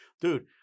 dude